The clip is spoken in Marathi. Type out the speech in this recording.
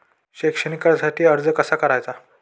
शैक्षणिक कर्जासाठी अर्ज कसा करायचा?